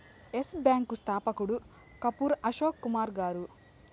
yes Bank స్థాపకుడు కపూర్ అశోక్ కుమార్ గారు